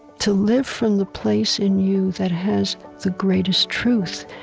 to live from the place in you that has the greatest truth.